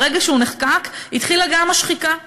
מהרגע שהוא נחקק התחילה גם השחיקה.